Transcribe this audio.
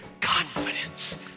confidence